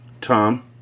Tom